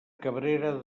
cabrera